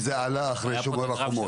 כי זה עלה אחרי שומר החומות.